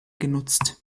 genutzt